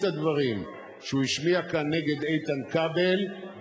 הדברים שהוא השמיע כאן נגד איתן כבל,